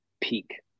peak